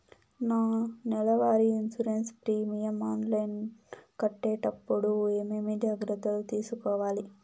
నా నెల వారి ఇన్సూరెన్సు ప్రీమియం ఆన్లైన్లో కట్టేటప్పుడు ఏమేమి జాగ్రత్త లు తీసుకోవాలి?